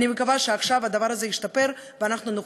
ואני מקווה שעכשיו הדבר הזה ישתפר ונוכל